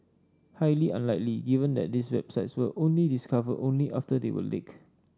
highly unlikely given that these websites were only discovered only after they were leaked